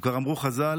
וכבר אמרו חז"ל: